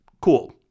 cool